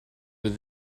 with